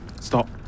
Stop